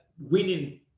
winning